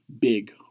big